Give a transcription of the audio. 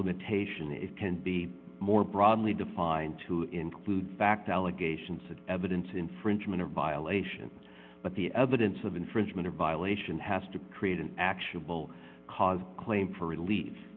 limitation it can be more broadly defined to include fact allegations of evidence infringement of violations but the evidence of infringement or violation has to create an actionable cause a claim for relie